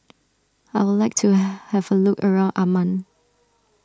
I would like to have a look around Amman